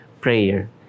prayer